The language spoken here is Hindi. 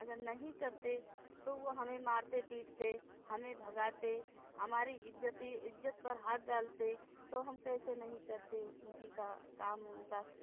अगर नहीं करते तो वो हमें मारते पीटते हमें भगाते हमारी इज़्ज़त ही इज़्ज़त पर हाथ डालते तो हम कैसे नहीं करते उन ही काम उनका